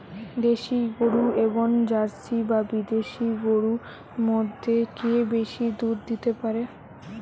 দেশী গরু এবং জার্সি বা বিদেশি গরু মধ্যে কে বেশি দুধ দিতে পারে?